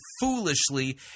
foolishly